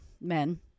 men